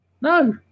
No